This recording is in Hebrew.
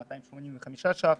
285 ש"ח,